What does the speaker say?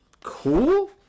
Cool